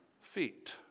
feet